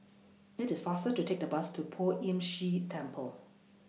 IT IS faster to Take The Bus to Poh Ern Shih Temple